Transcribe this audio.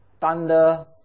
Thunder